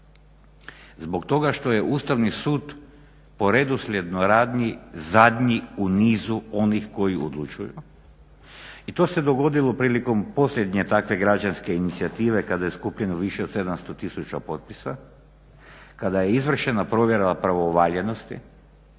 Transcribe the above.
zbog toga što je Ustavni sud po redoslijednoj radnji zadnji u nizu onih koji odlučuju i to se dogodilo prilikom posljednje takve građanske inicijative kada je skupljeno više od 700 tisuća potpisa, kada je izvršena provjera pravovaljanosti